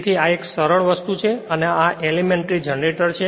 તેથી આ એક સરળ વસ્તુ છે તેથી આ એલીમેંટરીજનરેટર છે